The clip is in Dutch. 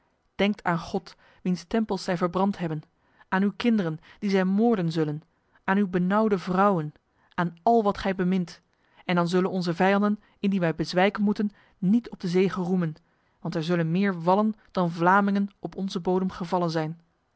denkt aan god wiens tempels zij verbrand hebben aan uw kinderen die zij moorden zullen aan uw benauwde vrouwen aan al wat gij bemint en dan zullen onze vijanden indien wij bezwijken moeten niet op de zege roemen want er zullen meer wallen dan vlamingen op onze bodem gevallen zijn